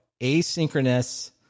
asynchronous